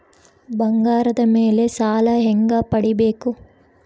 ಬಂಗಾರದ ಮೇಲೆ ಸಾಲ ಹೆಂಗ ಪಡಿಬೇಕು?